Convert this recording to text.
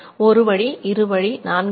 ஒரு வழி இருவழி நான்கு வழி